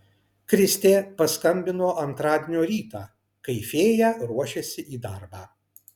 kristė paskambino antradienio rytą kai fėja ruošėsi į darbą